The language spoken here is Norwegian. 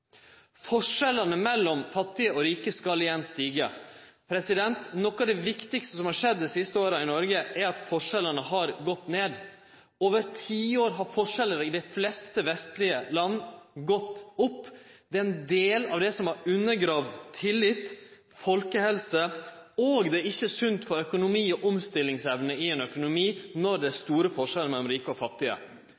Forskjellane mellom fattige og rike skal igjen stige. Noko av det viktigaste som har skjedd dei siste åra i Noreg, er at forskjellane har gått ned. Over tiår har forskjellane i dei fleste vestlege land gått opp. Det er ein del av det som har bygt ned tillit og undergrave folkehelse, og det er ikkje sunt for økonomien og omstillingsevna i ein økonomi at det er